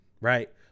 right